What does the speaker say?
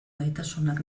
gaitasunak